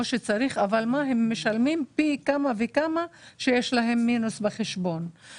שצריך וגם הם משלמים פי כמה וכמה כשיש להם מינוס בחשבון.